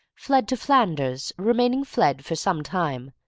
fled to flanders, remaining fled for some time.